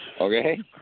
Okay